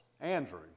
Andrew